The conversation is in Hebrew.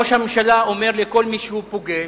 ראש הממשלה אומר לכל מי שהוא פוגש,